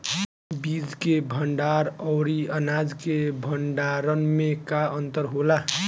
बीज के भंडार औरी अनाज के भंडारन में का अंतर होला?